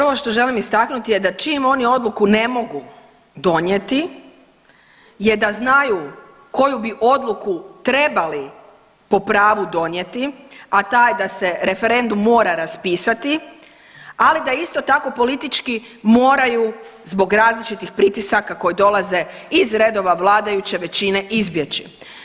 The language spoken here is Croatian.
Prvo što želim istaknuti je da čim oni odluku ne mogu donijeti je da znaju koju bi odluku trebali po pravu donijeti, a ta je da se referendum mora raspisati, ali da isto tako politički moraju zbog različitih pritisaka koji dolaze iz redova vladajuće većine izbjeći.